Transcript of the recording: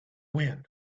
wind